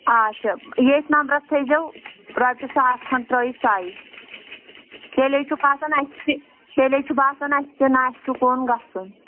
آچھا ییٚتھۍ نمبرَس تھٲیزیو رۄپیہِ ساس کھنٛڈ ترٛٲیِتھ سایہِ تیٚلے چھُ باسان اَسہِ تہِ تیٚلہِ چھُ باسان اَسہِ تہِ نا اسہِ چھِ کُن گژھُن